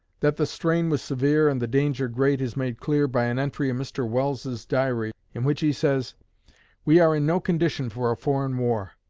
that the strain was severe and the danger great is made clear by an entry in mr. welles's diary, in which he says we are in no condition for a foreign war.